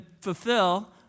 fulfill